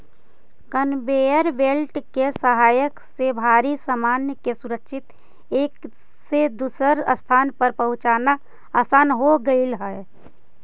conveyor belt के सहायता से भारी सामान के सुरक्षित एक से दूसर स्थान पर पहुँचाना असान हो गेलई हे